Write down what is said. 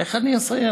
איך אני אסיים?